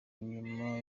nyuma